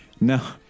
No